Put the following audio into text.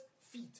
feet